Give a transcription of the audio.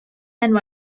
and